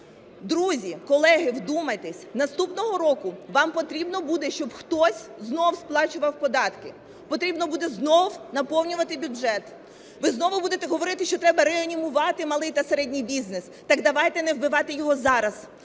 Друзі, колеги, вдумайтесь, наступного року вам потрібно буде, щоб хтось знову сплачував податки, потрібно буде знову наповнювати бюджет. Ви знову будете говорити, що треба реанімувати малий та середній бізнес. Так давайте не вбивати його зараз.